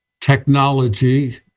technology